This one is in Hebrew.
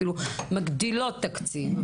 אפילו מגדילות תקציב,